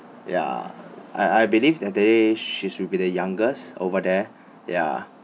ya I I believe that day she should be the youngest over there ya